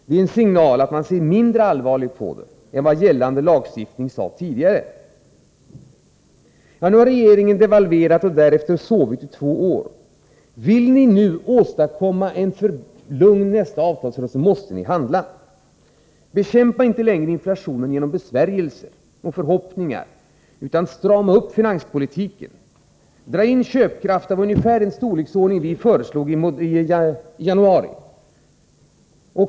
Det är en signal att man ser mindre allvarligt på detta än vad gällande lagstiftning sade tidigare. Nu har regeringen devalverat och därefter sovit i två år. Vill ni nu åstadkomma att nästa avtalsrörelse blir lugn, måste ni handla. Bekämpa inte längre inflationen genom besvärjelser och förhoppningar utan strama upp finanspolitiken. Dra in köpkraft av ungefär den storleksordning som vi föreslog i januari.